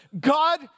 God